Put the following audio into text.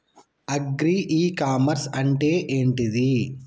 Agri e commerce అంటే ఏంటిది?